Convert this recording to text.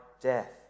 death